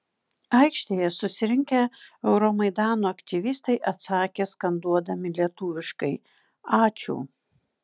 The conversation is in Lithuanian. aikštėje susirinkę euromaidano aktyvistai atsakė skanduodami lietuviškai ačiū